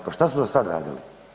Pa šta su do sad radili?